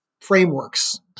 frameworks